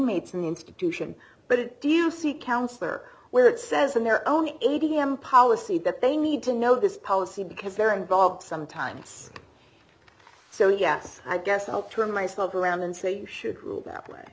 the institution but do you see counselor where it says in their own a t m policy that they need to know this policy because they're involved sometimes so yes i guess i'll turn myself around and say you should rule that way